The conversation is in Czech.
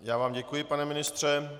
Já vám děkuji, pane ministře.